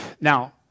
now